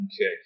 Okay